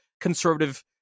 conservative